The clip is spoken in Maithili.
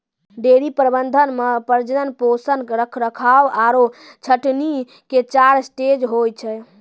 डेयरी प्रबंधन मॅ प्रजनन, पोषण, रखरखाव आरो छंटनी के चार स्टेज होय छै